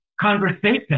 conversation